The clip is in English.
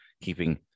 keeping